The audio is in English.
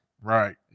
Right